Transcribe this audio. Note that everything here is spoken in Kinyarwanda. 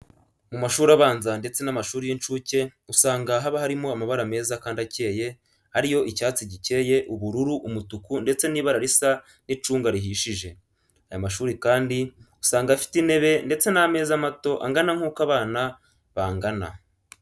Mu mashuri abanza ndetse n'amashuri y'incuke usanga haba harimo amabara meza kandi akeye ari yo icyatsi gikeye, ubururu, umutuku, ndetse n'ibara risa n'icunga rihishije. Aya mashuri kandi usanga afite intebe, ndetse n'ameza mato angana nk'uko abana bangana.